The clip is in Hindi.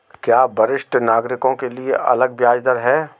क्या वरिष्ठ नागरिकों के लिए अलग ब्याज दर है?